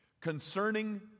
concerning